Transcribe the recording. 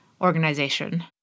organization